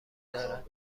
دارد